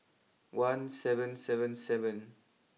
one seven seven seven